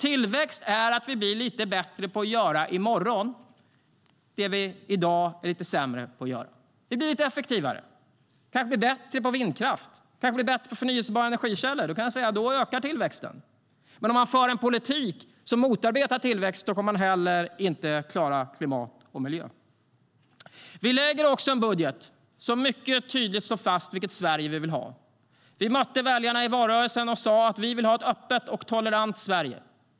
Tillväxt är att vi i morgon blir lite bättre på att göra det vi i dag är lite sämre på att göra. Vi blir lite effektivare. Vi kanske blir bättre på vindkraft. Vi kanske blir bättre på förnybara energikällor. Då kan jag säga att tillväxten ökar. Men om man för en politik som motarbetar tillväxt kommer man heller inte att klara klimat och miljö. Vi lägger också fram en budget som mycket tydligt slår fast vilket Sverige vi vill ha. Vi mötte väljarna i valrörelsen och sa att vi vill ha ett öppet och tolerant Sverige.